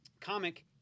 comic